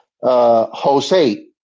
Jose